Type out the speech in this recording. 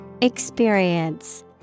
Experience